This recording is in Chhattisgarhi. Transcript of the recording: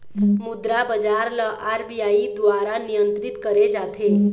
मुद्रा बजार ल आर.बी.आई दुवारा नियंत्रित करे जाथे